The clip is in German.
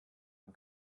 man